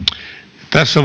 tässä